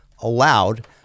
allowed